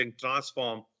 transform